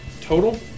Total